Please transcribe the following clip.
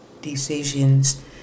decisions